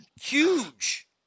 huge